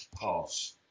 pass